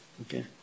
Okay